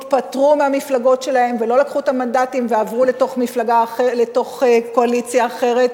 התפטרו מהמפלגות שלהם ולא לקחו את המנדטים ועברו לתוך קואליציה אחרת.